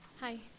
Hi